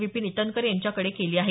विपीन इटनकर यांच्याकडे केली आहे